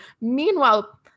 meanwhile